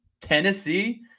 Tennessee